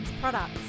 products